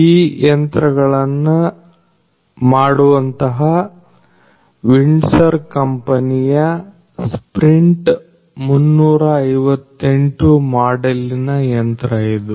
ಈ ಯಂತ್ರಗಳನ್ನು ಮಾಡುವಂತಹ ವಿಂಡ್ಸರ್ ಕಂಪನಿಯ ಸ್ಪ್ರಿಂಟ್358 ಮಾಡೆಲ್ಲಿನ ಯಂತ್ರ ಇದು